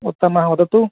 उत्तमः वदतु